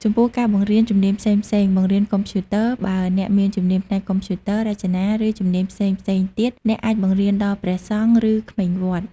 ចំពោះការបង្រៀនជំនាញផ្សេងៗ (បង្រៀនកុំព្យូទ័រ) បើអ្នកមានជំនាញផ្នែកកុំព្យូទ័រ រចនា រឺជំនាញផ្សេងៗទៀត អ្នកអាចបង្រៀនដល់ព្រះសង្ឃ ឬក្មេងវត្ត។